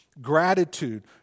gratitude